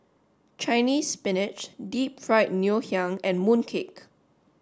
Chinese Spinach deep fried Ngoh Hiang and mooncake